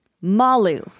Malu